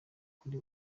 kuri